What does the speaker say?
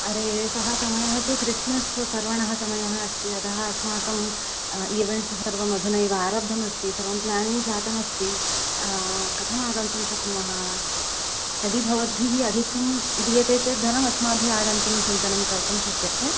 अरे सः समयः तु क्रिस्मस् पर्वणः समयः अस्ति अतः अस्माकं इवेण्ट्स् सर्वम् अधुनैव आरब्धमस्ति सर्वं प्लेनिङ्ग्स् जातमस्ति कथमागन्तुं शक्नुमः यदि भवद्भिः अधिकं दीयते चेत् धनं अस्माभिः आगन्तुं चिन्तनं कर्तुं शक्यते